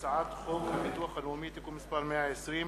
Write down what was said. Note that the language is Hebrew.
הצעת חוק הביטוח הלאומי (תיקון מס' 120)